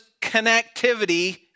connectivity